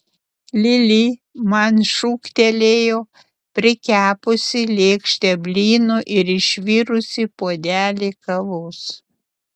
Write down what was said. lili man šūktelėjo prikepusi lėkštę blynų ir išvirusi puodelį kavos